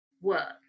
work